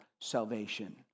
salvation